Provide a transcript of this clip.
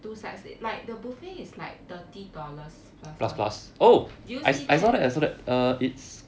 two sides like the buffet is like thirty dollars plus plus did you see that